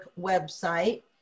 website